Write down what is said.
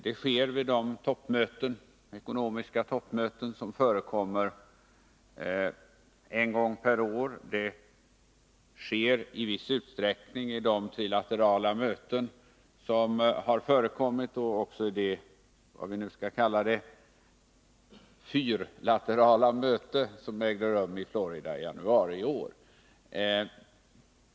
Det sker vid de ekonomiska toppmöten som förekommer en gång per år, det har skett i viss utsträckning vid de trilaterala möten som har förekommit och också vid det — hur vi nu skall kalla det — fyrlaterala möte som ägde rum i Florida i januari i år.